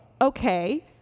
okay